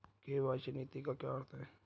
KYC नीति का क्या अर्थ है?